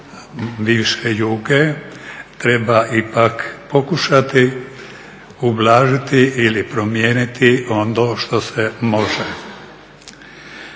bivše Juge treba ipak pokušati ublažiti ili promijeniti ono što se može.